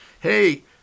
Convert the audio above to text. Hey